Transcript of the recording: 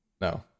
No